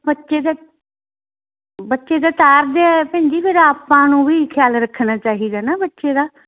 ਬੱਚੇ ਜਦ ਬੱਚੇ ਜਦ ਤਾਰਦੇ ਹੈ ਭੈਣ ਜੀ ਫਿਰ ਆਪਾਂ ਨੂੰ ਵੀ ਖਿਆਲ ਰੱਖਣਾ ਚਾਹੀਦਾ ਨਾ ਬੱਚੇ ਦਾ